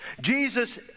Jesus